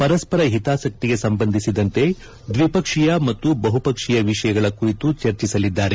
ಪರಸ್ವರ ಹಿತಾಸಕ್ತಿಗೆ ಸಂಬಂಧಿಸಿದಂತೆ ದ್ವಿಪಕ್ಷೀಯ ಮತ್ತು ಬಹುಪಕ್ಷೀಯ ವಿಷಯಗಳ ಕುರಿತು ಚರ್ಚಿಸಲಿದ್ದಾರೆ